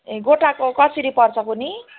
ए गोटाको कसरी पर्छ कोनि